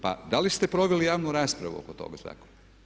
Pa da li ste proveli javnu raspravu oko toga zakona?